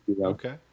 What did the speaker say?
Okay